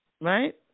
Right